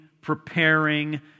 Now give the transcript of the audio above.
preparing